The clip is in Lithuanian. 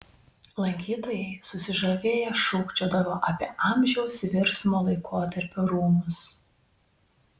lankytojai susižavėję šūkčiodavo apie amžiaus virsmo laikotarpio rūmus